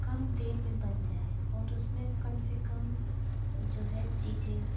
काम देर में बन जाए और उस में कम से कम जो है चीज़ें